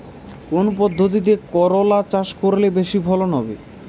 কোন পদ্ধতিতে করলা চাষ করলে বেশি ফলন হবে?